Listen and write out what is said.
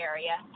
Area